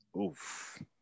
Oof